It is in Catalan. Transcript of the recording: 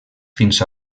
fins